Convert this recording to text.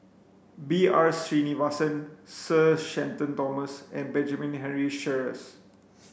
B R Sreenivasan Sir Shenton Thomas and Benjamin Henry Sheares